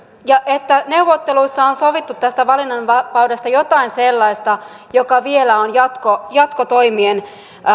ja että neuvotteluissa on sovittu tästä valinnanvapaudesta jotain sellaista mikä vielä on jatkotoimien